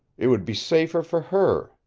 it would be safer for her,